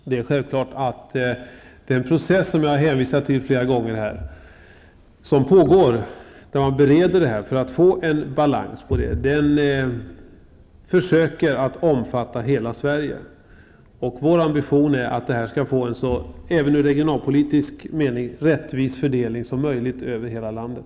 Herr talman! Det är självklart att man försöker få den process som pågår och som jag har hänvisat till flera gånger, där man bereder ärendet i syfte att få till stånd en balans, att omfatta hela Sverige. Vår ambition är att satsningen skall få en även i regionalpolitisk mening så rättvis fördelning som möjligt över hela landet.